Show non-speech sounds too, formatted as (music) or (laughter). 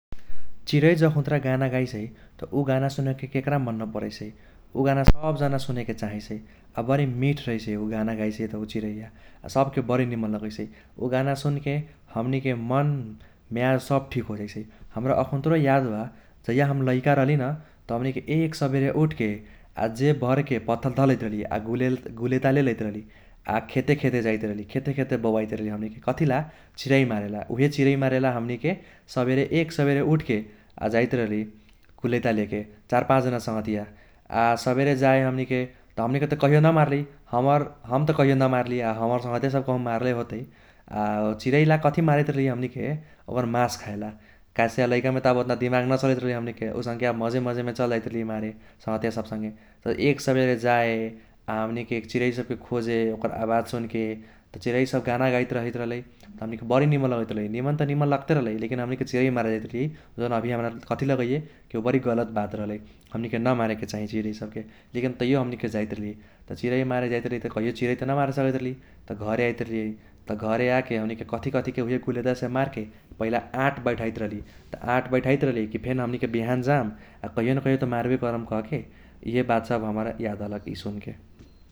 चिरै जखुन्त्रा गाना गाइसै त ऊ गाना सुनैके केक्रा मन न परैसै। ऊ गाना (noise) सब जना सुनैके चाहैसै। आ बरी मीठ रहैसै ऊ गाना गाइसै त चीयरैया। सबके बरी निमन लगैसै, ऊ गाना सुनके हमनिके मन, म्याज सब ठीक होजैसै। हम्रा अखुन्त्रो याद बा जैहा हम् लैका रहली न त हमनिके एक सबेरे उठके आ जेब भरके पत्थल धलैत रहली आ (unintelligible) गुलेता आ खेते खेते जाइत रहली, खेते खेते बौआइत रहली हमनिके कथिला चिरै मारेला। उहे चिरै मारेला हमनिके सबेरे एक सबेरे उठके आ जाइत रहली गुलेता लैके चार पाँच जना संगतिया । आ सबेरे जाई हमनिके त हमनिके त कैह्यो न मारली, हमर हम् त कैह्यो न मारली, हमर संगतिया सब कहु मारले होतै । आ चिरैला कथीले मारैत रहली हमनिके ओकर मास खाईला काहेसे लैकामे त अब ओत्ना दिमाग न चलैत रहै हमनिके आसंके मजे मजेमे चल जाइत रहली मारै संगतिया सब संगे। एक सबेरे जाए हमनिके चिरै सबके खोजे ओकर आवाज सुनके त चिरै सब गाना गाइत रहैत रहलै हमनिके बरी निमन लगैत रहलै, निमन त निमन लगते रहलै लेकिन हमनिके चिरै मारे जाइत रहली जोन अभी हम्रा कथी लगैये की ऊ बरी गलत बात रहलै। हमनिके न मारेके चाही चिरै सबके लेकिन तैह्यो हमनिके जाइत रहली। त चिरै मारे जाइत रहली त कैह्यो चिरै त न मारे सकैत रहली त घरे आइत रहली, त घरे आके हमनिके कथी कथीके उहे गुलेतासे मार्के पहिला आट बैठाइत रहली। त आट बैठाइत रहली फेन हमनिके बिहान जाम आ कैह्यो न कैह्यो त मारबे करम कहके इहे बात सब हमर याद आलक यि सुनके।